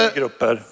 grupper